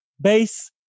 base